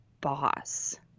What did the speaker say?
boss